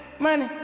money